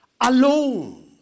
alone